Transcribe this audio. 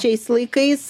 šiais laikais